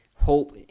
hope